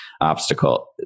obstacle